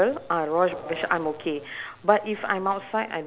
maybe lah K next time ah next time can try